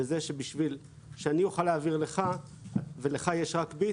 שבשביל שאני אוכל להעביר לך ולך יש רק "ביט",